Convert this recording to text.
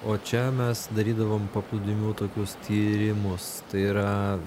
o čia mes darydavom paplūdimių tokius tyrimus tai yra